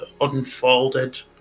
unfolded